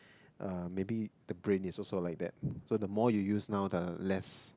uh maybe the brain is also like that so the more you use now less